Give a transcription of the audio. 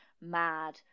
mad